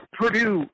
Purdue